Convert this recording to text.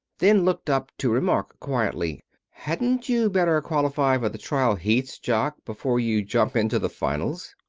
then looked up to remark quietly hadn't you better qualify for the trial heats, jock, before you jump into the finals?